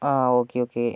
ആ okay okay